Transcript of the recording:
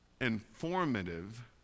informative